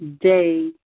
day